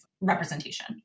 representation